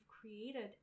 created